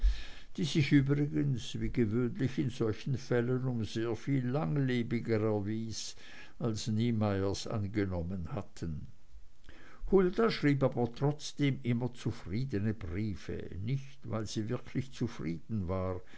die sich übrigens wie gewöhnlich in solchen fällen um sehr viel langlebiger erwies als niemeyers angenommen hatten hulda schrieb aber trotzdem immer zufriedene briefe nicht weil sie wirklich zufrieden war